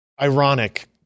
ironic